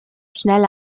schnell